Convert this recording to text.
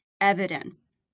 evidence